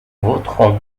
voterons